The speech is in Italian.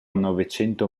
novecento